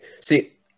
see